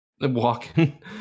Walking